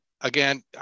again